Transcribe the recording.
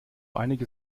einige